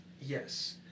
Yes